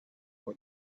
for